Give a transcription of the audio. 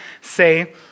say